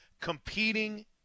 competing